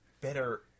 better